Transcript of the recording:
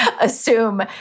assume